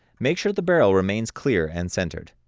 make sure the barrel remains clear and centered.